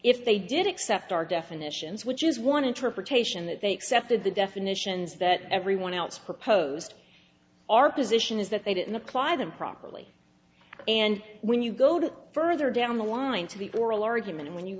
if they did accept our definitions which is one interpretation that they accepted the definitions that everyone else proposed our position is that they didn't apply them properly and when you go to further down the line to the oral argument when you